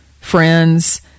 friends